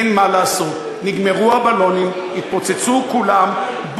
אין מה לעשות, נגמרו הבלונים, התפוצצו כולם.